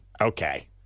Okay